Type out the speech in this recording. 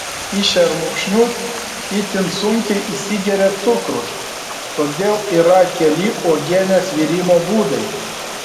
į šermukšnius itin sunkiai įsigeria cukrus todėl yra keli uogienės virimo būdai